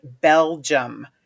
Belgium